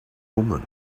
woman